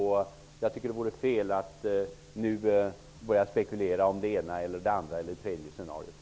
Det vore fel att nu börja spekulera om det första, andra eller tredja scenariet.